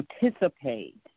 participate